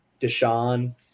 Deshaun